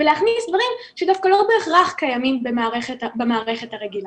ולהכניס דברים שדווקא לא בהכרח קיימים במערכת הרגילה.